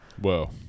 Whoa